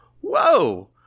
whoa